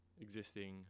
existing